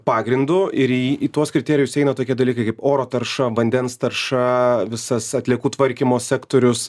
pagrindu ir į tuos kriterijus įeina tokie dalykai kaip oro tarša vandens tarša visas atliekų tvarkymo sektorius